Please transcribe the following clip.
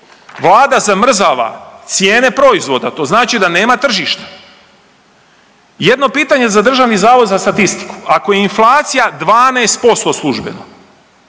Vlada zamrzava cijene proizvoda, to znači da nema tržišta. Jedno pitanje za Državni zavod za statistiku. Ako je inflacija 12% službeno,